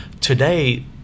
Today